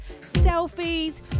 selfies